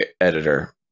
editor